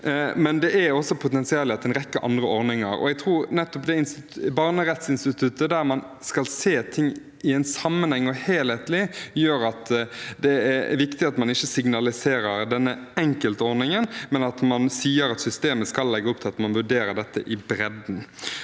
men det gjelder også potensielt en rekke andre ordninger. Jeg tror nettopp barnerettsinstituttet, der man skal se ting i en sammenheng og helhetlig, gjør at det er viktig at man ikke signaliserer denne enkeltordningen, men at man sier at systemet skal legge opp til at man vurderer dette i bredden.